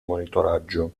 monitoraggio